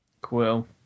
Quill